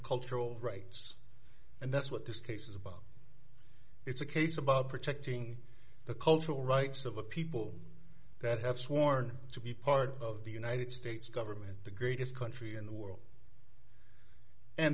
cultural rights and that's what this case is about it's a case about protecting the cultural rights of a people that have sworn to be part of the united states government the greatest country in the world and